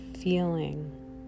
Feeling